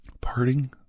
parting